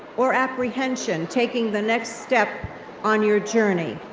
or apprehension taking the next step on your journey.